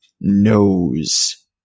nose